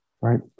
right